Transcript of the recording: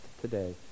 today